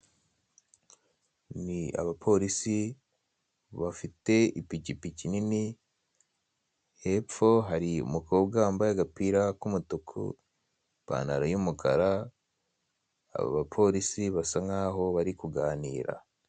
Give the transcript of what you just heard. Ni abapolisi bafite ipikipiki nini hepfo hari umukobwa wambaye agapira k'umutuku ipantaro y'umukara aba bapolisi basa nkaho bari kuganira.